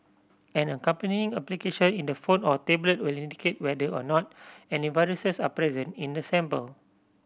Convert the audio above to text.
an accompanying application in the phone or tablet will indicate whether or not any viruses are present in the sample